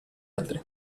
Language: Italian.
altri